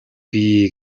бий